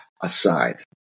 aside